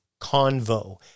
convo